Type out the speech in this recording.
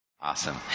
Awesome